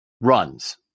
runs